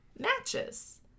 matches